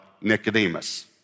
Nicodemus